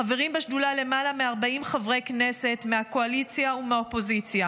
חברים בשדולה למעלה מ-40 חברי כנסת מהקואליציה ומהאופוזיציה,